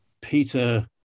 Peter